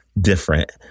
different